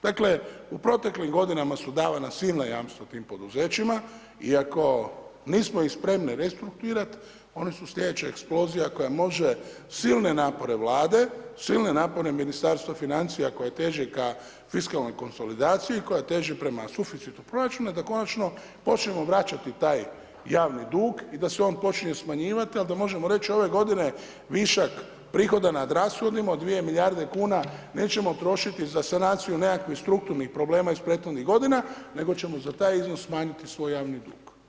Dakle, u proteklim godinama su davana silna jamstva tim poduzećima i ako nismo ih spremni restrukturirati, oni su slijedeća eksplozija koja može silne napore Vlade, silne napore Ministarstva financija koje teže ka fiskalnoj konsolidaciji, koja teži prema suficitu proračuna, da konačno počnemo vraćati taj javni dug i da se počinje smanjivati ali da možemo reći ove godine višak prihoda nad rashodima od 2 milijarde kuna nećemo trošiti za sanaciju nekakvih strukturnih problema iz prethodnih godina, nego ćemo za taj iznos smanjiti svoj javni dug.